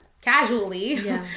casually